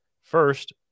first